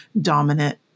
dominant